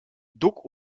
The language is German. duck